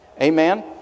Amen